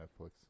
Netflix